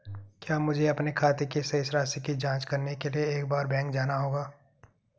क्या मुझे अपने खाते की शेष राशि की जांच करने के लिए हर बार बैंक जाना होगा?